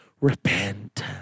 repent